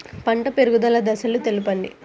పంట పెరుగుదల దశలను తెలపండి?